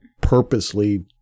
purposely